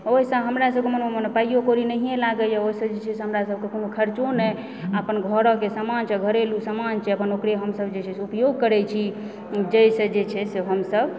ओहिसँ हमरा सबकेँ मानू माने कोनो पाइयो कौड़ी नहिए लागैया ओहिसँ जे छै से हमरा सबकेँ कोनो खर्चो नहि आ अपन घरेके समान छै आ घरेलू समान छै अपन ओकरे हमसब जे छै से उपयोग करय छी जाहिसँ छै जे छै हमसब